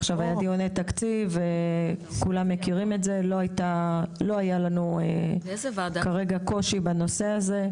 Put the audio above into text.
עכשיו היו דיוני התקציב ולא היה לנו קושי בנושא הזה.